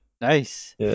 Nice